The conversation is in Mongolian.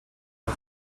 даа